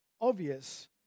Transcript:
Obvious